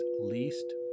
least